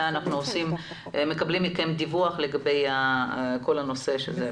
מתי אנחנו מקבלים מכם דיווח לגבי כל הנושא הזה.